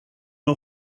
nhw